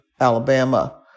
Alabama